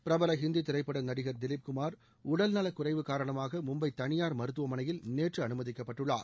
பிரபல ஹிந்தி திரைப்பட நடிகர் திலிப் குமார் உடல்நலக் குறைவு காரணமாக மும்பை தனியார் மருத்துவமனையில் நேற்று அனுமதிக்கப்பட்டுள்ளார்